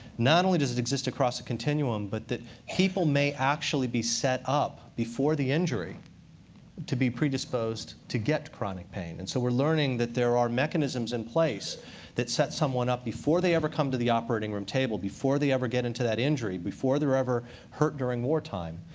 not only does exist across a continuum, but people may actually be set up before the injury to be predisposed to get chronic pain. and so we're learning that there are mechanisms in place that set someone up before they ever come to the operating room table, before they ever get into that injury, before they're ever hurt during war time,